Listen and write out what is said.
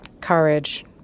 courage